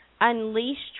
unleashed